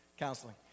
Counseling